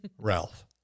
Ralph